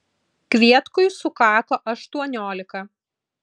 kvietkui sukako aštuoniolika